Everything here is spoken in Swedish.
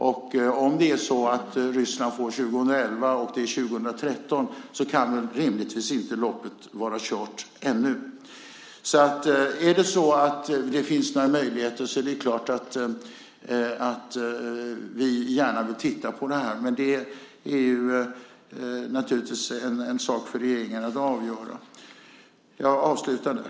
Och om det är så att Ryssland får 2011 och det också är 2013 kan loppet rimligtvis inte vara kört ännu. Finns det några möjligheter är det klart att vi gärna vill titta på det här, men det är naturligtvis en sak för regeringen att avgöra. Jag avslutar där.